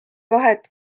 vahet